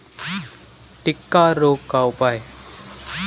टिक्का रोग का उपाय?